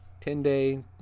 10-day